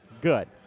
Good